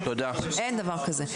תודה, אוקיי, תודה.